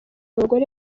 abagore